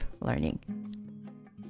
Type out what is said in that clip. learning